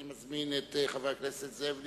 אני מזמין את חבר הכנסת זאב נסים.